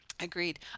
Agreed